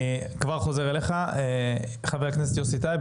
חבר הכנסת יוסי טייב,